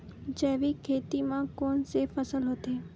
जैविक खेती म कोन कोन से फसल होथे?